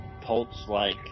pulse-like